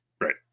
right